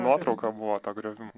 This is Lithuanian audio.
nuotrauka buvo to griovimo